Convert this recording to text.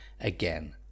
again